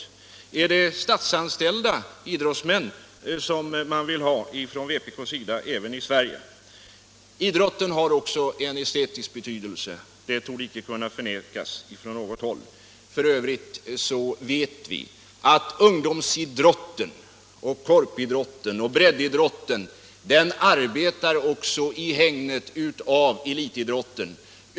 Vill vpk ha statsanställda idrottsmän även i Sverige? Idrotten har också en estetisk betydelse, det torde icke kunna förnekas från något håll. F. ö. vet vi att ungdomsidrotten, korpidrotten och breddidrotten arbetar i hägnet av elitidrotten.